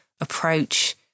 approach